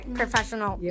professional